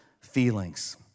feelings